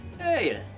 Hey